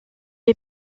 est